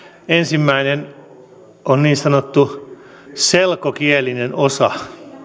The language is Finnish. ensimmäinen on niin sanottu selkokielinen osa